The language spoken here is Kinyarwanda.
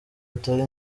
atari